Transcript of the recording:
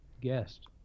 guest